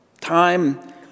Time